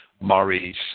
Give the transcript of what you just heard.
Maurice